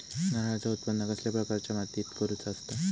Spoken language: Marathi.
नारळाचा उत्त्पन कसल्या प्रकारच्या मातीत करूचा असता?